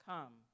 Come